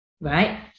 Right